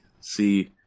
see